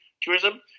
tourism